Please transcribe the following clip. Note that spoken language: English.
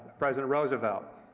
president roosevelt.